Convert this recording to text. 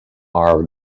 are